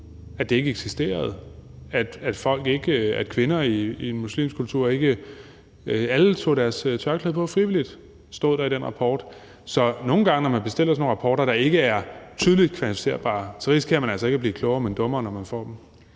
at det ikke eksisterede, og at kvinder i muslimske kulturer alle tog deres tørklæde på frivilligt. Det stod i den rapport, så nogle gange er det sådan, når man bestiller sådan nogle rapporter, der ikke er tydeligt kvantificerbare, at man altså risikerer at blive dummere og ikke klogere, når man får dem.